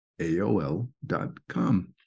AOL.com